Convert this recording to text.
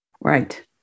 Right